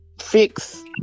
fix